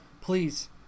please